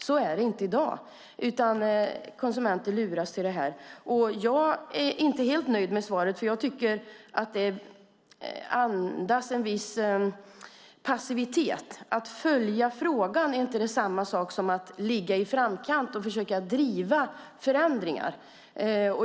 Så är det inte i dag, utan konsumenter luras till köp. Jag är inte helt nöjd med svaret för jag tycker att det andas en viss passivitet. Att följa frågan är inte samma sak som att ligga i framkant och försöka driva fram förändringar.